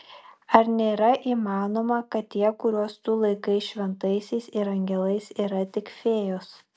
ar nėra įmanoma kad tie kuriuos tu laikai šventaisiais ir angelais yra tik fėjos